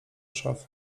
szafy